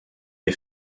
est